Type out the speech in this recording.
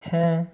হ্যাঁ